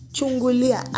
Chungulia